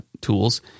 tools